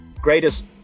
greatest